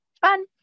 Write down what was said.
fun